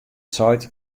seit